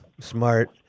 smart